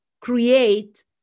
create